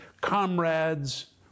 comrades